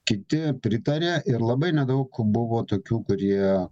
kiti pritarė ir labai nedaug buvo tokių kurie